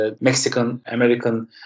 Mexican-American